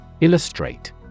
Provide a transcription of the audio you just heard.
Illustrate